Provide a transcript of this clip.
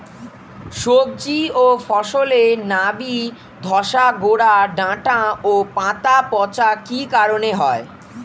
সবজি ও ফসলে নাবি ধসা গোরা ডাঁটা ও পাতা পচা কি কারণে হয়?